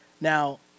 Now